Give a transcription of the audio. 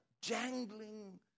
jangling